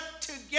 together